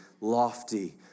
lofty